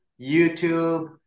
YouTube